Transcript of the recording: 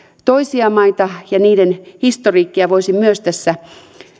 toisia maita ja niiden historiikkia voisin myös tässä